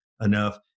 enough